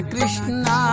Krishna